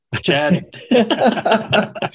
Chad